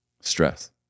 stress